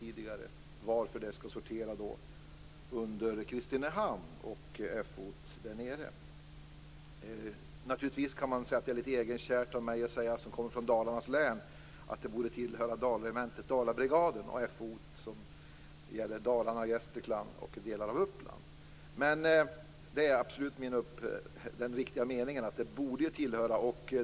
Frågan är varför det skall sortera under Kristinehamn och dess Fo. Naturligtvis kan man säga att det är lite egenkärt av mig som kommer från Dalarnas län att säga att det borde tillhöra Dalregementet och Dalabrigaden och det Fo som gäller Dalarna, Gästrikland och delar av Uppland. Det är min mening att det borde höra dit.